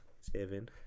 Seven